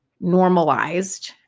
normalized